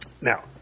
Now